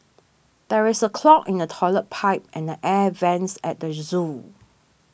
there is a clog in the Toilet Pipe and the Air Vents at the zoo